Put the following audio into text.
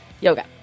Yoga